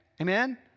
Amen